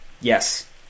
Yes